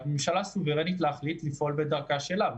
הממשלה סוברנית להחליט לפעול בדרכה שלה.